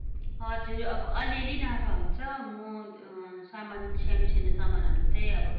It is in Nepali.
हजुर अब अलिअलि नाफा हुन्छ म सामान सानो सानो सामानहरू चाहिँ अब